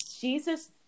Jesus